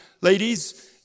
ladies